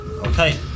Okay